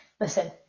listen